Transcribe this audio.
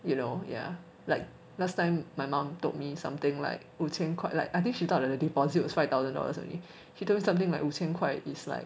you know yeah like last time my mom told me something like 五千块 like I think she thought that the deposit was five thousand dollars only she told me something like 五千块 is like